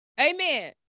Amen